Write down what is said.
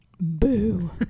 Boo